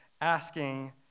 asking